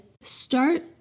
start